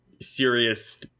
serious